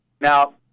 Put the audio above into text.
Now